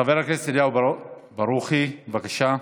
חבר הכנסת אליהו ברוכי, בבקשה.